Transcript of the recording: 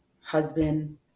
husband